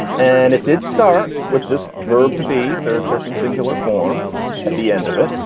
and it did start with this verb to be third person singular form at the end of it.